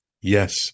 Yes